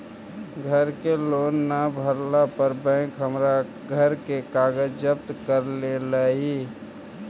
घर के लोन न भरला पर बैंक हमर घर के कागज जब्त कर लेलई